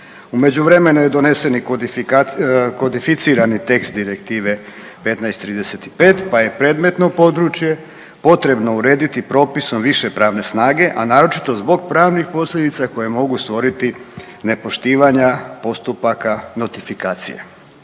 U međuvremenu je donesen i kodifikacijski, kodificirani tekst Direktive 1535 pa je predmetno područje potrebno urediti propisom više pravne snage, a naročito zbog pravnih posljedica koje mogu stvoriti nepoštivanja postupaka notifikacije.